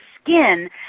skin